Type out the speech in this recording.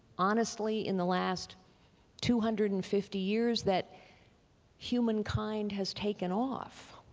honestly, in the last two hundred and fifty years that humankind has taken off.